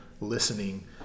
listening